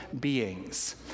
beings